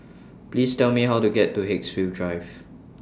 Please Tell Me How to get to Haigsville Drive